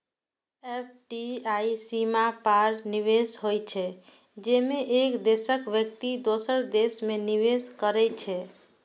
FDI सीमा पार निवेश होइ छै, जेमे एक देशक व्यक्ति दोसर देश मे निवेश करै छै